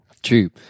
true